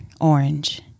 orange